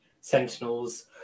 Sentinels